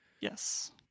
yes